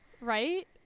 Right